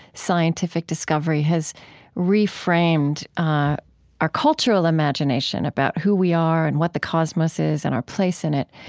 scientific discovery has reframed ah our cultural imagination about who we are and what the cosmos is and our place in it.